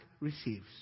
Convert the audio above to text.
receives